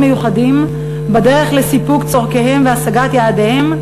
מיוחדים בדרך לסיפוק צורכיהם והשגת יעדיהם,